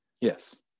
Yes